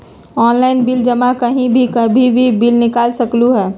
Online bill जमा कहीं भी कभी भी बिल निकाल सकलहु ह?